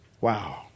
Wow